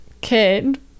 kid